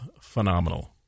phenomenal